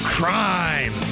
Crime